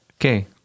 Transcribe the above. Okay